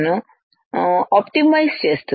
ను ఆప్టిమైజ్ చేస్తుంది